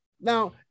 now